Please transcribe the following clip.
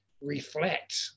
reflect